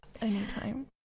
Anytime